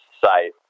site